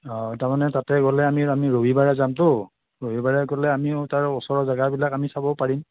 অ' তাৰমানে তাতে গ'লে আমি আমি ৰবিবাৰে যামতো ৰবিবাৰে গ'লে আমিও তাৰ ওচৰৰ জেগাবিলাক আমি চাব পাৰিম